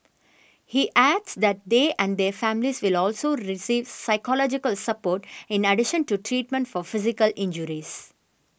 he adds that they and their families will also receive psychological support in addition to treatment for physical injuries